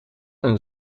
een